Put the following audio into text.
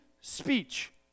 speech